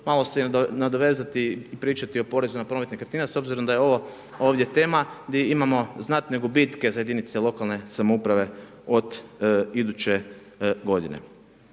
malo se onda nadovezati i pričati o porezu na promet nekretnina s obzirom da je ovo ovdje tema gdje imamo znatne gubitke za jedinice lokalne samouprave od iduće godine.